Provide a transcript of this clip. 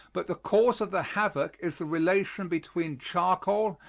but the cause of the havoc is the relation between charcoal,